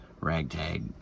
ragtag